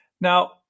Now